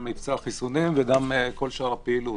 גם מבצע החיסונים וגם כל שאר הפעילות,